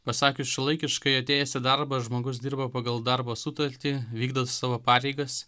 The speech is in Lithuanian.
pasakius šiuolaikiškai atėjęs į darbą žmogus dirba pagal darbo sutartį vykdo savo pareigas